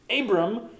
Abram